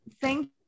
thank